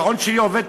השעון שלי עובד,